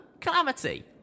Calamity